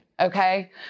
Okay